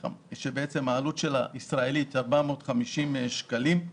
שהעלות שלה 450 שקלים.